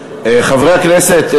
חברי הכנסת,